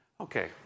Okay